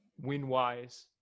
win-wise